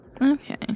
Okay